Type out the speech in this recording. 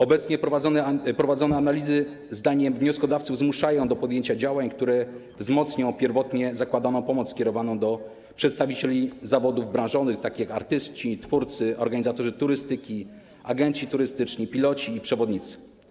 Obecnie prowadzone analizy, zdaniem wnioskodawców, zmuszają do podjęcia działań, które wzmocnią pierwotnie zakładaną pomoc kierowaną do przedstawicieli zawodów branżowych, takich jak artyści, twórcy, organizatorzy turystyki, agenci turystyczni, piloci i przewodnicy.